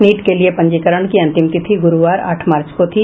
NEET के लिए पंजीकरण की अंतिम तिथि ग्रूवार आठ मार्च को थी